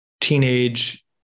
teenage